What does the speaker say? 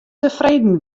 tefreden